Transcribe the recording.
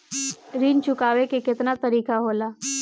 ऋण चुकाने के केतना तरीका होला?